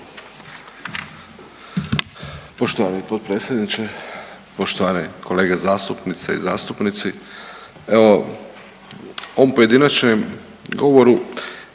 Poštovani potpredsjedniče, poštovani kolege zastupnice i zastupnici. Evo u ovom pojedinačnom govoru